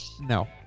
No